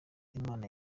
imana